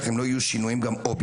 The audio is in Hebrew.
אם לא יהיו גם שינויים אובייקטיבים,